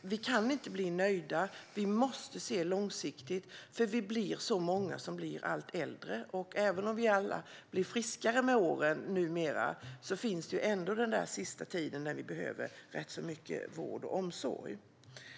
Vi kan inte bli nöjda. Vi måste se långsiktigt på detta, eftersom många blir allt äldre. Även om vi alla numera är friskare långt upp i åren behöver vi ändå ganska mycket vård och omsorg under den sista tiden.